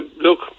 Look